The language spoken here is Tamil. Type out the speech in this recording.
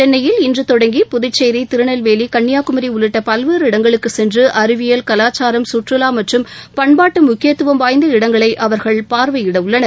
சென்னையில் இன்று தொடங்கி புதுச்சேரி திருநெல்வேலி கன்னியாகுமரி உள்ளிட்ட பல்வேறு இடங்களுக்கு சென்று அறிவியல் கலாச்சாரம் சுற்றுவா மற்றும் பண்பாட்டு முக்கியத்துவம் வாய்ந்த இடங்களை அவர்கள் பார்வையிட உள்ளனர்